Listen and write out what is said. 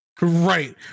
Right